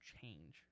change